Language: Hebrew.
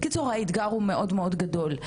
בקיצור האתגר הוא מאוד מאוד גדול.